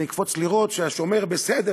אני אקפוץ לראות שהשומר בסדר,